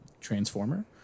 transformer